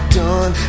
done